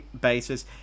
basis